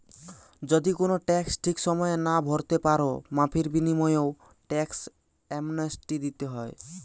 যদি কুনো ট্যাক্স ঠিক সময়ে না ভোরতে পারো, মাফীর বিনিময়ও ট্যাক্স অ্যামনেস্টি দিতে হয়